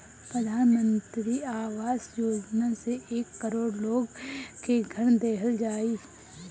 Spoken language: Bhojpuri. प्रधान मंत्री आवास योजना से एक करोड़ लोग के घर देहल जाई